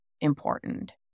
important